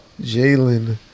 Jalen